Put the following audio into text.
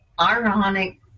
ironic